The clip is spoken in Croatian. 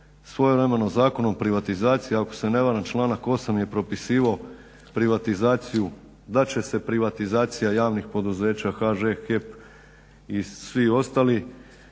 svojevremeno Zakon o privatizaciji ako se ne varam, članak 8. je propisivao privatizaciju da će se privatizacija javnih poduzeća HŽ, HEP i svi ostali